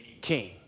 king